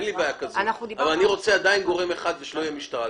אני רוצה גורם אחד שלא יהיה משטרה.